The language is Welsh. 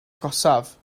agosaf